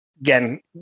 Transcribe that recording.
Again